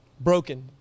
Broken